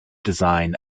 design